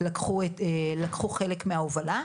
לקחו חלק מההובלה,